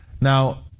Now